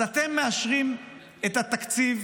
אתם מאשרים את התקציב,